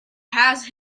has